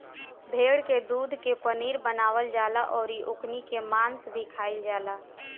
भेड़ के दूध के पनीर बनावल जाला अउरी ओकनी के मांस भी खाईल जाला